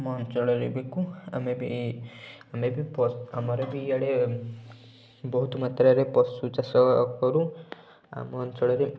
ଆମ ଅଞ୍ଚଳରେ ବିକୁ ଆମେ ବି ଏ ଆମେ ବି ଆମର ବି ଆଡ଼େ ବହୁତ ମାତ୍ରାରେ ପଶୁ ଚାଷ କରୁ ଆମ ଅଞ୍ଚଳରେ